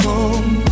Home